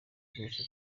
rwose